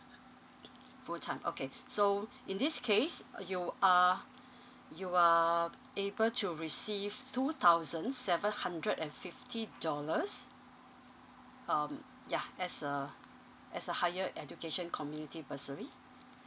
full time okay so in this case uh you are you are able to receive two thousand seven hundred and fifty dollars um yeah as a as a higher education community bursary